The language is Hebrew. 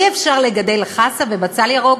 אי-אפשר לגדל חסה ובצל ירוק,